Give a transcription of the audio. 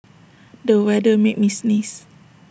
the weather made me sneeze